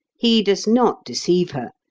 he does not deceive her,